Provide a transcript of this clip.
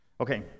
Okay